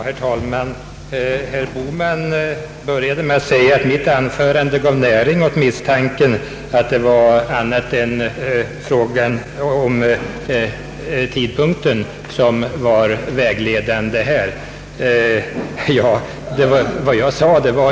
Herr talman! Herr Bohman började med att säga att mitt anförande gav näring åt misstanken att andra omständigheter än tidpunkten var avgörande i denna fråga.